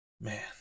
Man